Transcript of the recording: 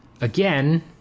again